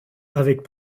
avec